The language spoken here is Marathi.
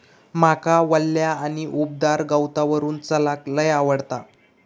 माका वल्या आणि उबदार गवतावरून चलाक लय आवडता